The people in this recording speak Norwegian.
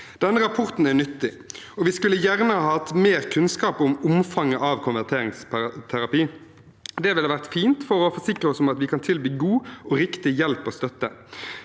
rapporten er nyttig, og vi skulle gjerne hatt mer kunnskap om omfanget av konverteringsterapi. Det ville ha vært fint for å forsikre oss om at vi kan tilby god og riktig hjelp og støtte.